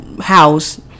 house